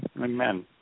Amen